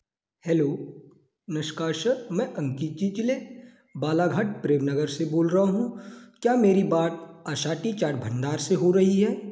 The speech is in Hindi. हेलो निष्कर्ष मैं अंकित चिलचिले बालाघाट प्रेमनगर से बोल रहा हूँ क्या मेरी बात आशाटी चार भंडार से हो रही है